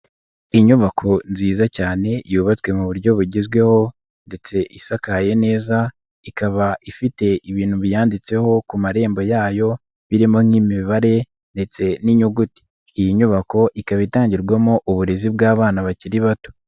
Inyubako nziza cyane yubatswe mu buryo bugezweho ndetse isakaye neza, ikaba ifite ibintu biyanditseho ku marembo yayo birimo nk'imibare ndetse n'inyuguti, iyi nyubako ikaba itangirwamo uburezi bw'abana bakiri bato.